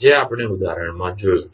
જે આપણે ઉદાહરણમાં જોયું છે